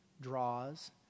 draws